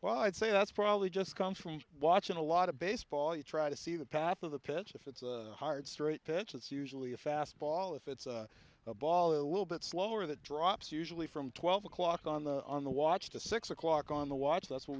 well i'd say that's probably just comes from watching a lot of baseball you try to see the path of the pitch if it's a hard straight pitch it's usually a fast ball if it's a ball a little bit slower that drops usually from twelve o'clock on the on the watch to six o'clock on the watch that's what